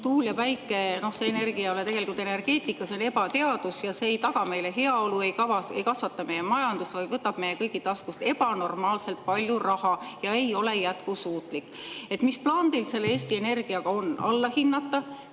Tuul ja päike – see ei ole tegelikult energeetika, see on ebateadus ja see ei taga meile heaolu, ei kasvata meie majandust, vaid võtab meie kõigi taskust ebanormaalselt palju raha ja ei ole jätkusuutlik. Mis plaan teil selle Eesti Energiaga on? Alla hinnata,